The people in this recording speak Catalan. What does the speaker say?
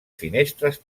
finestres